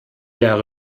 jahre